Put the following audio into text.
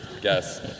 guess